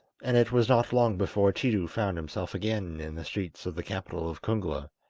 and it was not long before tiidu found himself again in the streets of the capital of kungla,